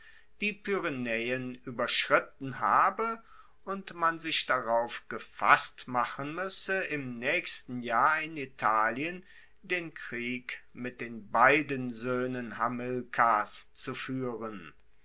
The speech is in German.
die pyrenaeen ueberschritten habe und man sich darauf gefasst machen muesse im naechsten jahr in italien den krieg mit den beiden soehnen hamilkars zu fuehren